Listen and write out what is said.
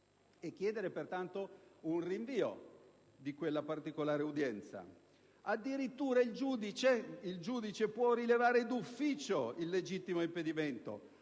e chiedere, pertanto, un rinvio di quella particolare udienza. Addirittura, il giudice può rilevare d'ufficio il legittimo impedimento